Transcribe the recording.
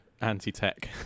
Anti-tech